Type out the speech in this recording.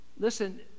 Listen